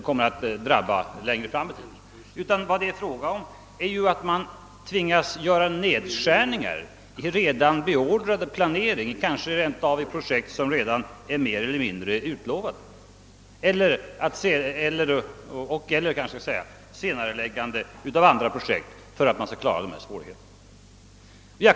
Vad det här är fråga om är att man tvingas göra nedskärningar i en redan beordrad planering, kanske rent av beträffande projekt vilka redan är mer eller mindre utlovade. Detta kan också leda till ett senareläggande av andra projekt för att man skall kunna klara de uppkomna svårigheterna.